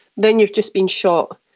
then you are just being shot.